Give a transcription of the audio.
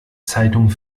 zeitung